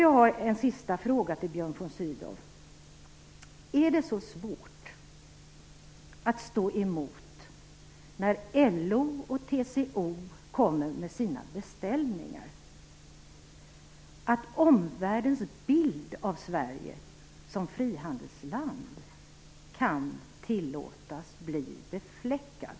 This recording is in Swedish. Jag har en sista fråga till Björn von Sydow: Är det så svårt att stå emot när LO och TCO kommer med sina beställningar att omvärldens bild av Sverige som frihandelsland kan tillåtas bli befläckad?